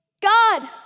God